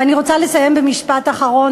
ואני רוצה לסיים במשפט אחד.